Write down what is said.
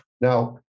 Now